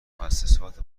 موسسات